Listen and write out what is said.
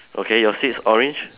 okay your seats orange